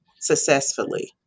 successfully